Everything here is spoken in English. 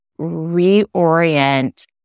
reorient